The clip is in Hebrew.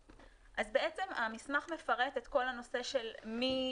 בעצם המסמך מפרט את כל הנושא של מי